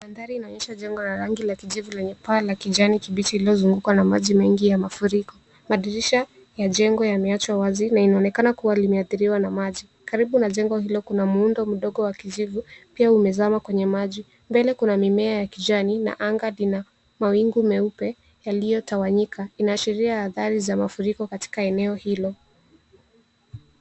Mandhari inaonyesha jengo la rangi la kijivu lenye paa la kijani kibichi iliyozungukwa na maji mengi ya mafuriko. Madirisha ya jengo yameachwa wazi na inaonekana kuwa limeathiriwa na maji. Karibu na jengo hilo kuna muundo mdogo wa kijivu pia umezama kwenye maji. Mbele kuna mimea ya kijani na anga lina mawingu meupe yaliyotawanyika. Inaashiria athari za mafuriko katika eneo hilo.